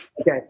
Okay